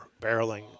barreling